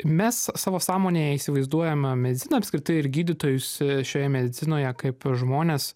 mes savo sąmonėje įsivaizduojame mediciną apskritai ir gydytojus šioje medicinoje kaip žmones